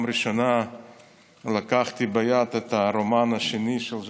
הראשונה לקחתי ביד את הרומן השני של ז'בוטינסקי,